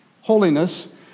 holiness